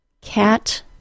Cat